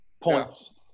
Points